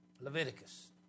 Leviticus